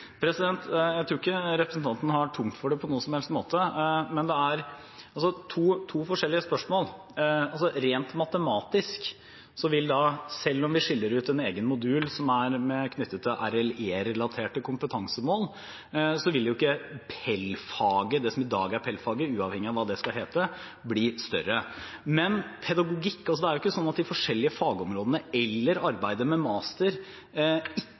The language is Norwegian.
Jeg tror ikke representanten har tungt for det på noen som helst måte, men det er to forskjellige spørsmål. Rent matematisk vil ikke PEL-faget – det som i dag er PEL-faget, uavhengig av hva det skal hete – selv om vi skiller ut en egen modul som er knyttet til RLE-relaterte kompetansemål,